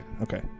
Okay